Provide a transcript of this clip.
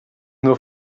nur